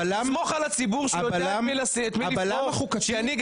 סמוך על הציבור שיודע את מי לבחור שינהיג